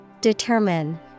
Determine